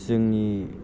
जोंनि